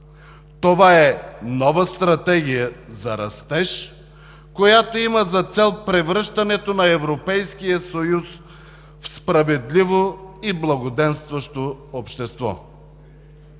Това е нова стратегия за растеж, която има за цел превръщането на Европейския съюз в справедливо и благоденстващо общество.